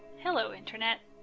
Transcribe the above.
hello internet,